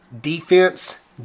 defense